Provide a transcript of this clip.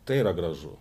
tai yra gražu